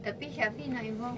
tapi shafie nak involve